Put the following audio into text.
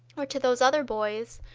or to those other boys,